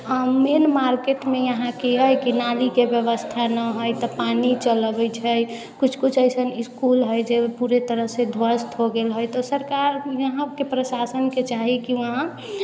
मेन मार्केटमे यहाँ की हइ नालीके व्यवस्था ना हइ तऽ पानि चलि अबै छै किछु किछु अइसन इस्कुल हइ जे पूरे तरहसँ ध्वस्त हो गेल हइ तऽ सरकार यहाँके प्रशासनके चाही कि वहाँ